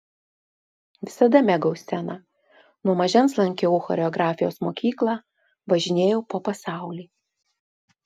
visada mėgau sceną nuo mažens lankiau choreografijos mokyklą važinėjau po pasaulį